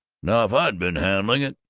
now if i'd been handling it